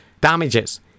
damages